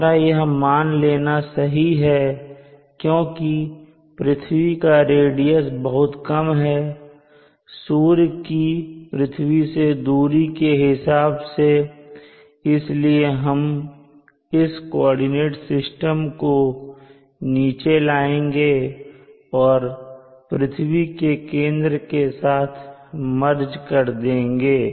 हमारा यह मान लेना सही है क्योंकि पृथ्वी का रेडियस बहुत कम है सूर्य की पृथ्वी से दूरी के हिसाब से और इसलिए हम इस कोऑर्डिनेट सिस्टम को नीचे लाएंगे और पृथ्वी के केंद्र के साथ मर्ज कर देंगे